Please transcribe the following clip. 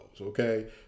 okay